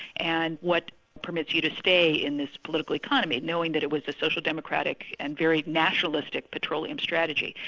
and what permits you to stay in this political economy, knowing that it was a social democratic and very nationalistic petroleum strategy?